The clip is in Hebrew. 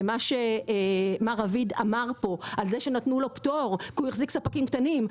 ומה שמר רביד אמר פה שנתנו לו פטור כי הוא החזיק ספקים קטנים,